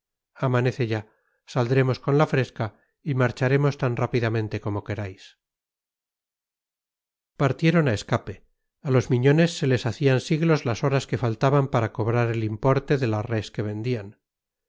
amanece ya saldremos con la fresca y marcharemos tan rápidamente como queráis partieron a escape a los miñones se les hacían siglos las horas que faltaban para cobrar el importe de la res que vendían